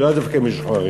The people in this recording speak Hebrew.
ולאו דווקא על משוחררים,